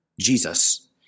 Jesus